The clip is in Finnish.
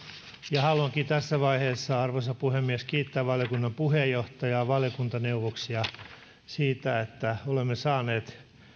ja haluankin tässä vaiheessa arvoisa puhemies kiittää valiokunnan puheenjohtajaa ja valiokuntaneuvoksia siitä että olemme saaneet